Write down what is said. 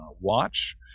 watch